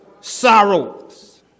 sorrows